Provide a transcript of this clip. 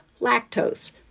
lactose